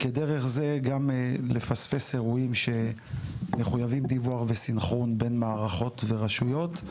וכדרך זה גם לפספס אירועים שמחויבים דיווח וסנכרון בין מערכות ורשויות.